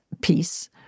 peace